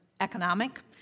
economic